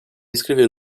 escrever